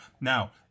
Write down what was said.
Now